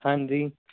ਹਾਂਜੀ